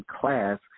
class